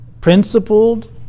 principled